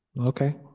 Okay